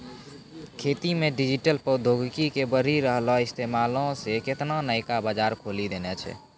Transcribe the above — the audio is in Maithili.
खेती मे डिजिटल प्रौद्योगिकी के बढ़ि रहलो इस्तेमालो से केतना नयका बजार खोलि देने छै